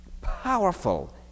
powerful